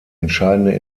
entscheidende